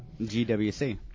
GWC